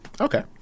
Okay